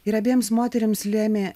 ir abiems moterims lėmė